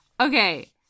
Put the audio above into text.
Okay